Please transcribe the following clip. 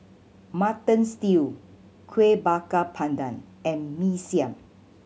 Mutton Stew Kueh Bakar Pandan and Mee Siam